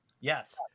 Yes